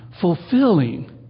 fulfilling